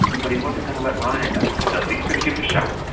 but he wasn't going to let ryan die, he was at least going to give it a shot.